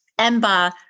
EMBA